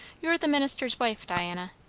you're the minister's wife, diana.